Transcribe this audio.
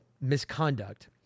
misconduct